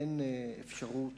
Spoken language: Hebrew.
אין אפשרות